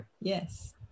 Yes